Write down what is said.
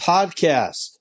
Podcast